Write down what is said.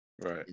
right